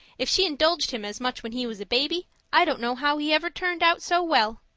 if she indulged him as much when he was a baby, i don't know how he ever turned out so well.